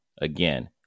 again